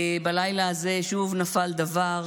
בלילה הזה שוב נפל דבר,